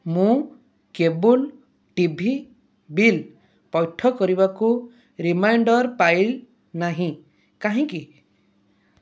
ମୁଁ cable T V bill ପୈଠ କରିବାକୁ ରିମାଇଣ୍ଡର୍ ପାଇ ନାହିଁ କାହିଁକି